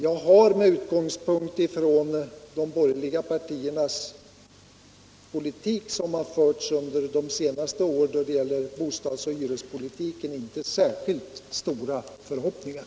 Jag har emellertid, med utgångspunkt i de borgerliga partiernas bostadsoch hyrespolitik under de senaste åren, inte särskilt stora förhoppningar.